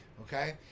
okay